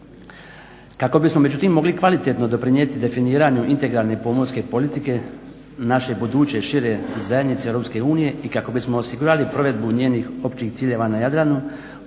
Kako bismo međutim mogli kvalitetno doprinijeti definiranju integralne pomorske politike naše buduće šire zajednice EU i kako bismo osigurali provedbu njenih općih ciljeva na Jadranu